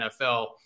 nfl